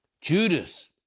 Judas